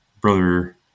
brother